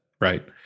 right